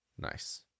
Nice